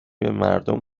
بمردم